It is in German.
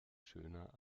schöner